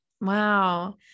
Wow